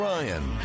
Ryan